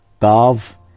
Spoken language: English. carve